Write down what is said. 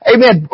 Amen